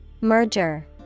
Merger